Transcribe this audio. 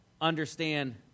understand